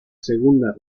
segunda